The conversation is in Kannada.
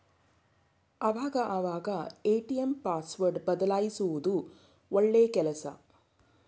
ಆವಾಗ ಅವಾಗ ಎ.ಟಿ.ಎಂ ಪಾಸ್ವರ್ಡ್ ಬದಲ್ಯಿಸೋದು ಒಳ್ಳೆ ಕೆಲ್ಸ